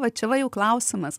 va čia va jau klausimas